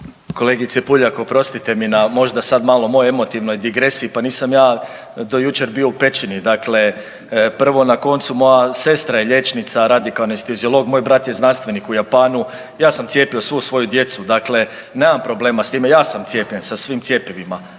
Kolegice Puljak, oprostite mi na možda sad mojoj emotivnoj digresiji, pa nisam ja do jučer bio u pećini. Dakle, prvo na koncu moja sestra je liječnica, radi kao anesteziolog, moj brat je znanstvenik u Japanu, ja sam cijepio svu svoju djecu, dakle nemam problema s time, ja sam cijepljen sa svim cjepivima,